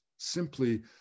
simply